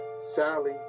Sally